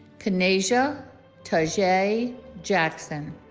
kinaijah tajay jackson